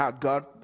God